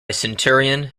centurion